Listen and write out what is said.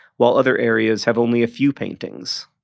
while other areas have only a few paintings?